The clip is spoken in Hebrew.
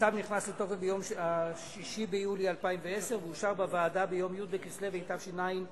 הצו נכנס לתוקף ביום 6 ביולי 2010 ואושר בוועדה ביום י' בכסלו התשע"א,